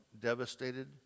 devastated